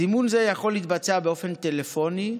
זימון זה יכול להתבצע באופן טלפוני,